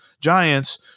Giants